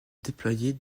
déployer